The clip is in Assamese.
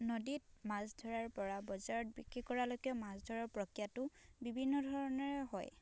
নদীত মাছ ধৰাৰ পৰা বজাৰত বিক্ৰী কৰালৈকে মাছ ধৰাৰ প্ৰক্ৰিয়াটো বিভিন্ন ধৰণেৰে হয়